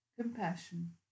compassion